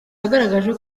yagaragaje